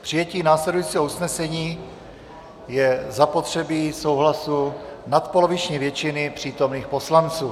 K přijetí následujícího usnesení je zapotřebí souhlasu nadpoloviční většiny přítomných poslanců.